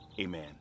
Amen